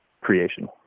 creation